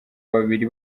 babiri